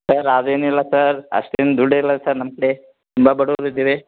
sir ಅದೇನು ಇಲ್ಲ sir ಅಷ್ಟು ಏನು ದುಡ್ಡು ಇಲ್ಲ ಸರ್ ನಮ್ಮ ಕಡೆ ತುಂಬ ಬಡವರ್ ಇದ್ದೇವೆ